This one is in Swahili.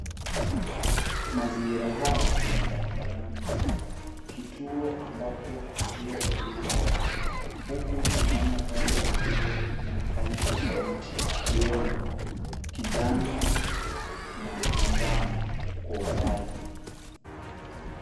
Mazingira haya ni ya Barabarani. Kituo ambapo abiria huabiri gari. Huku tunaona gari zilizo na rangi tofauti, ikiwemo kijani na njano kwa umbali.